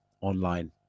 online